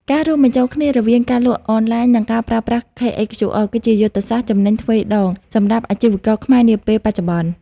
ការរួមបញ្ចូលគ្នារវាង ការលក់អនឡាញ និងការប្រើប្រាស់ KHQR គឺជាយុទ្ធសាស្ត្រ "ចំណេញទ្វេដង" សម្រាប់អាជីវករខ្មែរនាពេលបច្ចុប្បន្ន។